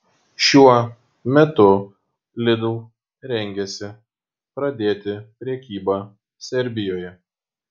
šiuo metu lidl rengiasi pradėti prekybą serbijoje